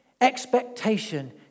expectation